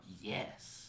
Yes